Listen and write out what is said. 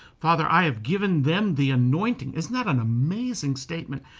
father i have given them the anointing. isn't that an amazing statement?